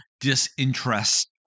disinterest